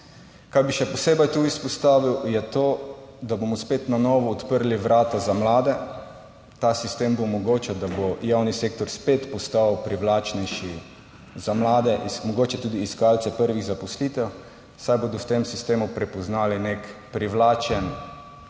Kar bi še posebej tu izpostavil je to, da bomo spet na novo odprli vrata za mlade. Ta sistem bo omogočal, da bo javni sektor spet postal privlačnejši za mlade, mogoče tudi iskalce prvih zaposlitev, saj bodo v tem sistemu prepoznali nek privlačen,